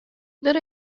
der